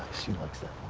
she like that.